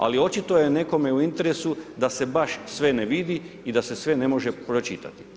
Ali očito je nekome u interesu da se baš sve ne vidi i da se sve ne može pročitati.